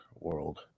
world